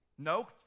no